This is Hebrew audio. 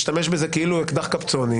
משתמש בזה כאילו הוא אקדח קפצונים,